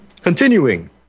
continuing